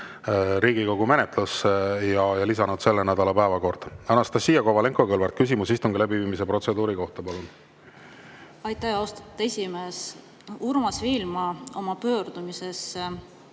Riigikogu menetlusse ja lisanud selle nädala päevakorda. Anastassia Kovalenko-Kõlvart, küsimus istungi läbiviimise protseduuri kohta. Aitäh, austatud esimees! Urmas Viilma oma pöördumises